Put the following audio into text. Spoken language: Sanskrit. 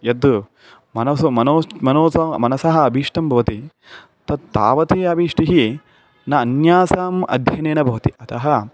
यत् मनसः मनः मनसः मनसः अभीष्टं भवति तत्तावत् अभीष्टं न अन्यासाम् अध्यनेन भवति अतः